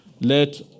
let